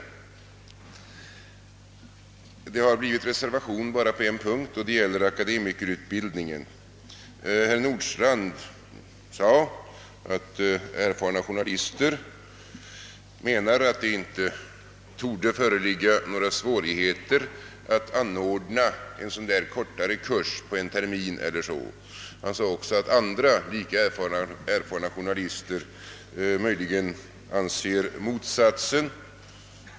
Det har blivit reservation bara på en punkt, nämligen i frågan om akademikerutbildningen. Herr Nordstrandh sade att erfarna journalister menar att det inte torde föreligga några svårigheter att anordna en sådan kortare kurs på en termin eller så. Han sade också att andra, lika erfarna journalister tycks anse motsatsen.